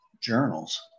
journals